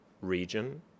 region